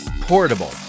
portable